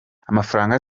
amafaranga